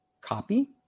Copy